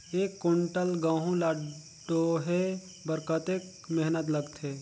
एक कुंटल गहूं ला ढोए बर कतेक मेहनत लगथे?